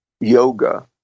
yoga